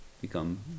become